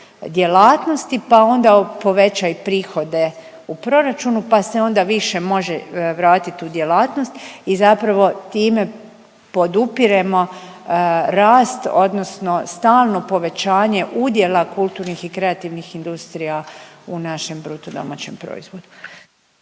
pa onda poveća i prihode u proračunu, pa se onda više može vratit u djelatnost i zapravo time podupiremo rast odnosno stalno povećanje udjela kulturnih i kreativnih industrija u našem BDP-u.